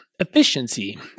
Efficiency